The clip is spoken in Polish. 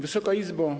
Wysoka Izbo!